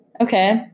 Okay